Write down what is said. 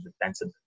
defensive